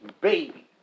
baby